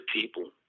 people